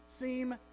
seem